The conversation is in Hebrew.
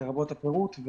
לרבות הפירוט,